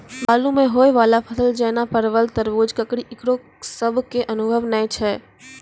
बालू मे होय वाला फसल जैना परबल, तरबूज, ककड़ी ईकरो सब के अनुभव नेय छै?